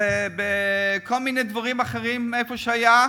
כל מיני דברים אחרים, איפה שהיה,